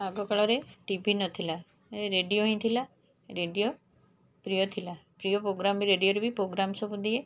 ଆଗକାଳରେ T V ନଥିଲା radio ହିଁ ଥିଲା ରେଡ଼ିଓ ପ୍ରିୟ ଥିଲା ପ୍ରିୟ ପ୍ରୋଗ୍ରାମ୍ ରେଡ଼ିଓରେ ବି ପ୍ରୋଗ୍ରାମ୍ ସବୁ ଦିଏ